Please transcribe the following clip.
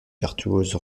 virtuose